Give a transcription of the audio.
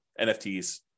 NFTs